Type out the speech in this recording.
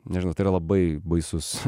nežinau tai yra labai baisus